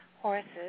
horses